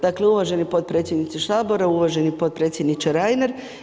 Dakle, uvaženi podpredsjedniče Sabora, uvaženi podpredsjedniče Reiner.